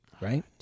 Right